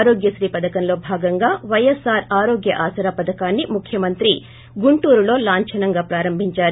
ఆరోగ్యశ్రీ పథకంలో భాగంగా పైఎస్సార్ ఆరోగ్య ఆసరా పథకాన్ని ముఖ్యమంత్రి గుంటూరు లో లాంచనం గా ప్రారంబించారు